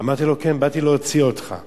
אמרתי לו: כן, באתי להוציא אותך.